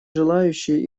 желающие